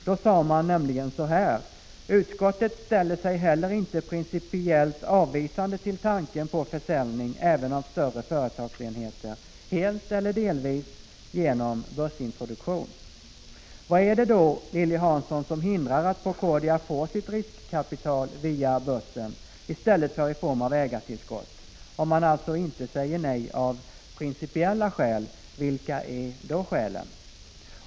Då sade man nämligen: ”Utskottet ställer sig heller inte principiellt avvisande till tanken på försäljning även av större företagsenheter, helt eller delvis, genom börsintroduktion.” Vad är det då, Lilly Hansson, som hindrar att Procordia får sitt riskkapital via börsen i stället för i form av ett ägartillskott? Om man alltså inte säger nej av principiella skäl, vilka är då skälen?